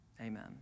amen